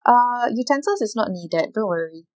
uh utensils is not needed don't worry